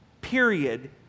period